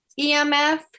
EMF